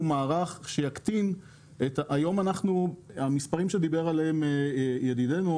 מערך שיקטין המספרים שדיבר עליהם ידידנו,